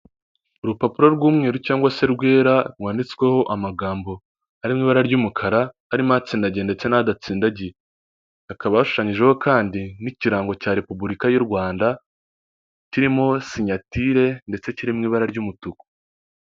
Urupapuro rw'umweru cyangwa se rwera rwanditsweho amagambo arimo ibara ry'umukara arimo atsindagiye ndetse n'adatsindagiye, akaba arushushanyijeho kandi n'ikirango cya repubulika y'u Rwanda, kirimo sinyatire ndetse kiri mu ibara ry'umutuku.